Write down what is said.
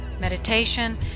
meditation